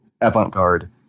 avant-garde